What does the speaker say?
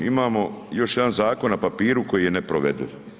Imamo još jedan zakon na papiru koji je neprovediv.